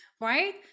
right